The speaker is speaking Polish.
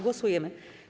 Głosujemy.